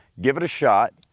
give it a shot,